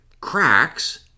cracks